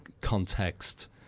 context